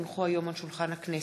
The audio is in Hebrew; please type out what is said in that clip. כי הונחו היום של שולחן הכנסת,